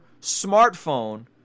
smartphone